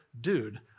dude